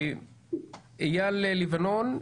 איל לבנון,